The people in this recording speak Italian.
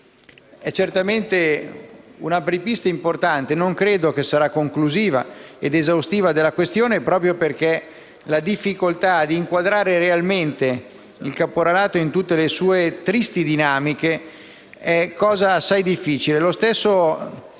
è certamente un'apripista importante ma non credo che sarà conclusiva ed esaustiva della questione proprio perché inquadrare realmente il caporalato, in tutte le sue tristi dinamiche, è cosa assai difficile.